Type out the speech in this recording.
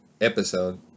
episode